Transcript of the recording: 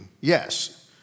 Yes